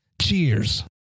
Cheers